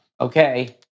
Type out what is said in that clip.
Okay